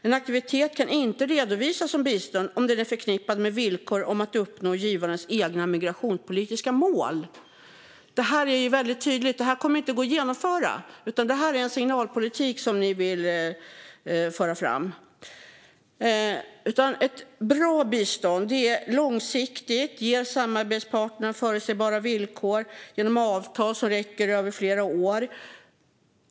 En aktivitet kan inte redovisas som bistånd om den är förknippad med villkor om att uppnå givarens egna migrationspolitiska mål. Det är ju väldigt tydligt att detta inte kommer att gå att genomföra utan att det är signalpolitik ni ägnar er åt, John E Weinerhall. Ett bra bistånd är långsiktigt och ger samarbetspartner förutsägbara villkor genom avtal som sträcker sig över flera år.